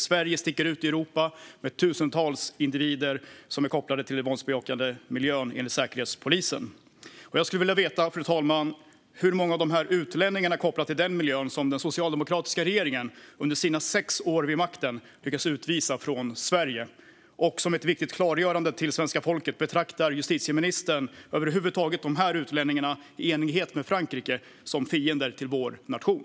Sverige sticker ut i Europa med tusentals individer som är kopplade till den våldbejakande miljön, enligt Säkerhetspolisen. Fru talman! Jag skulle vilja veta hur många av de här utlänningarna kopplade till den miljön som den socialdemokratiska regeringen under sina sex år vid makten har lyckats utvisa från Sverige. Och jag vill be om ett viktigt klargörande till svenska folket: Betraktar justitieministern över huvud taget de här utlänningarna, i enlighet med Frankrike, som fiender till vår nation?